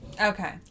Okay